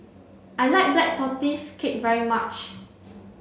I like black tortoise cake very much